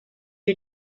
you